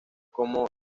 como